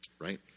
right